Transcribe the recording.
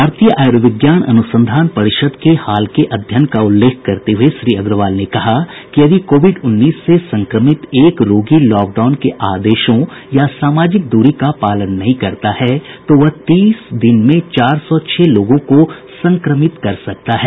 भारतीय आयुर्विज्ञान अनुसंधान परिषद के हाल के अध्ययन का उल्लेख करते हुए श्री अग्रवाल ने कहा कि यदि कोविड उन्नीस से संक्रमित एक रोगी लॉकडाउन के आदेशों या सामाजिक दूरी का पालन नहीं करता है तो वह तीस दिन में चार सौ छह लोगों को संक्रमित कर सकता है